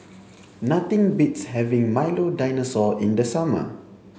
nothing beats having Milo Dinosaur in the summer